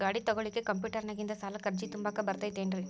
ಗಾಡಿ ತೊಗೋಳಿಕ್ಕೆ ಕಂಪ್ಯೂಟೆರ್ನ್ಯಾಗಿಂದ ಸಾಲಕ್ಕ್ ಅರ್ಜಿ ತುಂಬಾಕ ಬರತೈತೇನ್ರೇ?